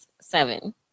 seven